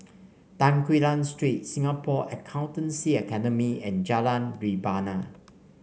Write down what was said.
Tan Quee Lan Street Singapore Accountancy Academy and Jalan Rebana